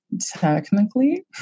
Technically